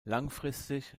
langfristig